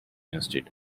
instead